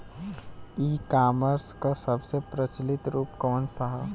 ई कॉमर्स क सबसे प्रचलित रूप कवन सा ह?